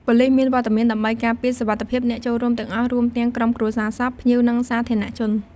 ប៉ូលីសមានវត្តមានដើម្បីការពារសុវត្ថិភាពអ្នកចូលរួមទាំងអស់ រួមទាំងក្រុមគ្រួសារសព ភ្ញៀវ និងសាធារណជន។